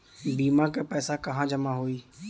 बीमा क पैसा कहाँ जमा होई?